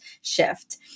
shift